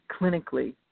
clinically